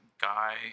guy